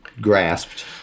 grasped